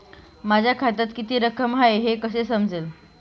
माझ्या खात्यात किती रक्कम आहे हे कसे समजेल?